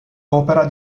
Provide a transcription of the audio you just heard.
opera